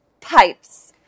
pipes